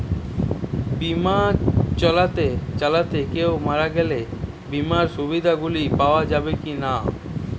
বিমা চালাতে চালাতে কেও মারা গেলে বিমার সুবিধা গুলি পাওয়া যাবে কি না?